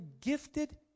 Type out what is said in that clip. gifted